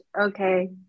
Okay